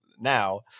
now